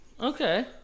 okay